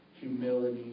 humility